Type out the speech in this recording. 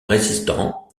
résistant